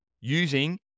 using